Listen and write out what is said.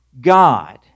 God